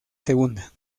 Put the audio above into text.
segunda